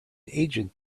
agent